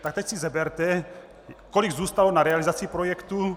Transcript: Tak teď si seberte, kolik zůstalo na realizaci projektu.